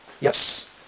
yes